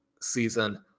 season